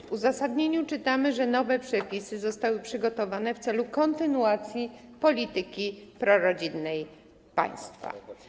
W uzasadnieniu czytamy, że nowe przepisy zostały przygotowane w celu kontynuacji polityki prorodzinnej państwa.